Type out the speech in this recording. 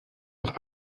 noch